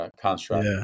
construct